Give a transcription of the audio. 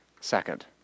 Second